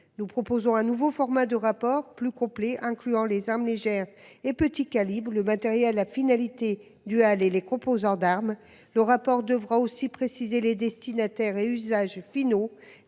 Nous proposons un nouveau format de rapport, plus complet, incluant les armes légères et les petits calibres, le matériel à finalité duale et les composants d'armes. Le rapport devra aussi préciser les destinataires et les usagers finaux